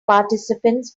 participants